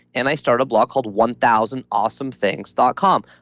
and i start a blog called one thousand awesomethings dot com.